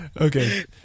Okay